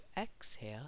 exhale